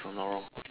if I'm not wrong